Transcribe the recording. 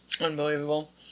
Unbelievable